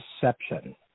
deception